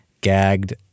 gagged